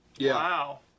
Wow